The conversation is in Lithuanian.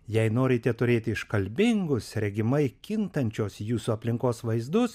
jei norite turėti iškalbingus regimai kintančios jūsų aplinkos vaizdus